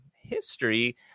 history